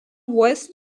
west